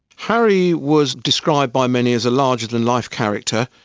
harry was described by many as a larger than life character.